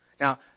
Now